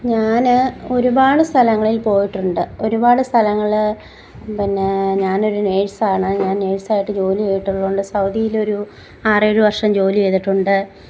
ഞാൻ ഒരുപാട് സ്ഥലങ്ങളിൽ പോയിട്ടുണ്ട് ഒരുപാട് സ്ഥലങ്ങളിൽ പിന്നെ ഞാനൊരു നേഴ്സ് ആണ് ഞാൻ നേഴ്സ് ആയിട്ട് ജോലി ചെയ്തിട്ടുള്ളതുകൊണ്ട് സൗദിയിലൊരു ആറേഴ് വർഷം ജോലി ചെയ്തിട്ടുണ്ട്